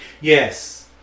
Yes